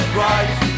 right